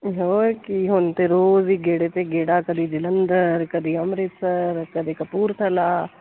ਹੋਰ ਕੀ ਹੁਣ ਤਾਂ ਰੋਜ਼ ਵੀ ਗੇੜੇ 'ਤੇ ਗੇੜਾ ਕਦੀ ਜਲੰਧਰ ਕਦੇ ਅੰਮ੍ਰਿਤਸਰ ਕਦੇ ਕਪੂਰਥਲਾ